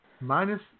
Minus